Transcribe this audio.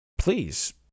Please